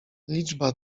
liczba